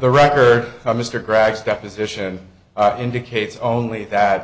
the record mr grags deposition indicates only that